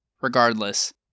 Regardless